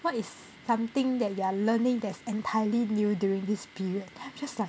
what is something that you are learning that's entirely new during this period then I'm just like